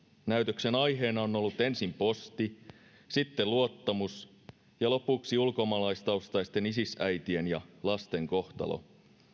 näytöksen aiheena on ollut ensin posti sitten luottamus ja lopuksi ulkomaalaistaustaisten isis äitien ja lasten kohtalo